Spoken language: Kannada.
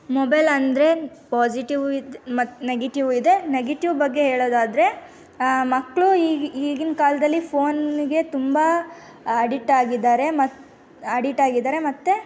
ಮೊಬೆಲ್ ಅಂದರೆ ಪಾಸಿಟಿವ್ ಇದು ಮತ್ತೆ ನೆಗೆಟಿವೂ ಇದೆ ನೆಗೆಟಿವ್ ಬಗ್ಗೆ ಹೇಳೋದಾದರೆ ಮಕ್ಕಳು ಮಕ್ಕಳು ಈ ಈಗಿನ ಕಾಲದಲ್ಲಿ ಫೋನ್ಗೆ ತುಂಬ ಅಡಿಟ್ ಆಗಿದ್ದಾರೆ ಮ ಅಡಿಟ್ ಆಗಿದ್ದಾರೆ ಮತ್ತೆ